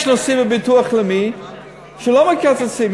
יש נושאים בביטוח לאומי שלא מקצצים,